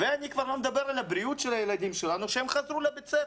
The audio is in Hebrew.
אני כבר לא מדבר על הבריאות של הילדים שלנו שהם חזרו לבית ספר.